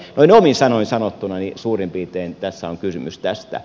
noin omin sanoin sanottuna suurin piirtein tässä on kysymys tästä